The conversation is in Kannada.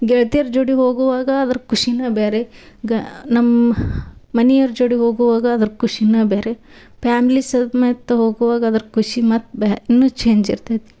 ಗೆಳ್ತಿಯರ ಜೋಡಿ ಹೋಗುವಾಗ ಅದ್ರ ಖುಷಿನೇ ಬೇರೆ ಗ ನಮ್ ಮನಿಯವ್ರ್ ಜೋಡಿ ಹೋಗುವಾಗ ಅದ್ರ ಖುಷಿನೇ ಬೇರೆ ಪ್ಯಾಮ್ಲಿ ಸಮೇತ ಹೋಗುವಾಗ ಅದ್ರ ಖುಷಿ ಮತ್ತೆ ಬ್ಯಾ ಇನ್ನೂ ಚೇಂಜ್ ಇರ್ತೈತೆ